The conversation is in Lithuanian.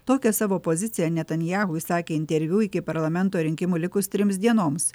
tokią savo poziciją netanjahu išsakė interviu iki parlamento rinkimų likus trims dienoms